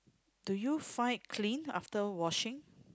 do you find it clean after washing